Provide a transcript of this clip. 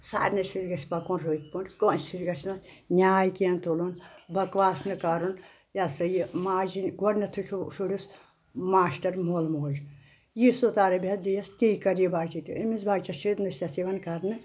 سارنٕے سۭتۍ گژھِ پَکُن رٔتھۍ پٲٹھۍ کٲنٛسہِ سۭتۍ گژھِ نیٛاے کینٛہہ تُلُن بکواس نہٕ کَرُن یہِ ہَسا یہِ ماجہِ گۄڈنؠتھٕے چھُ شُرِس ماسٹر مول موج یہِ سُہ تربِیت دِیس تہِ کرِ بَچہِ تہِ أمِس بَچَس چھِ نٔصیت یِوان کَرنہٕ